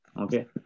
okay